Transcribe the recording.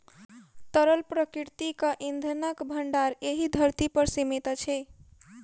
तरल प्राकृतिक इंधनक भंडार एहि धरती पर सीमित अछि